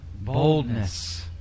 boldness